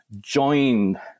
joined